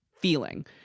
Feeling